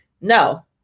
no